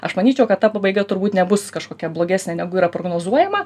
aš manyčiau kad ta pabaiga turbūt nebus kažkokia blogesnė negu yra prognozuojama